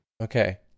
okay